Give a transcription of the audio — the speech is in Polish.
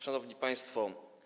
Szanowni Państwo!